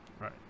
Right